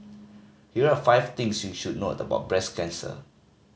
here are five things you should note about breast cancer